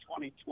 2020